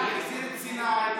שנייה.